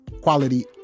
quality